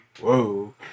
Whoa